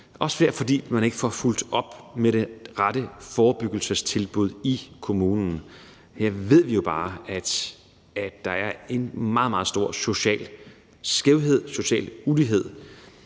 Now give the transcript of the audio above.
være, fordi der ikke bliver fulgt op med det rette forebyggelsestilbud i kommunen. Her ved vi jo bare, at der er en meget, meget stor social skævhed, en social ulighed,